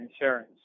insurance